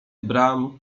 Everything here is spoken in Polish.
bram